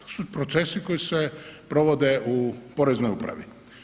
To su procesi koji se provode u poreznoj upravi.